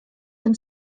tym